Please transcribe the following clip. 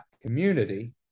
community